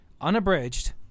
unabridged